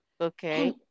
Okay